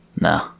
No